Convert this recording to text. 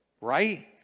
right